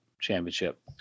championship